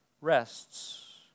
rests